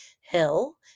hill